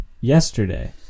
yesterday